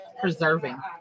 preserving